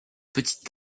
petite